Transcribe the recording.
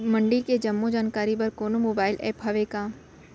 मंडी के जम्मो जानकारी बर कोनो मोबाइल ऐप्प हवय का?